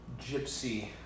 Gypsy